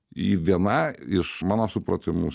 į vieną iš mano supratimu